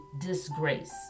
disgrace